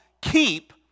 keep